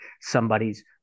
somebody's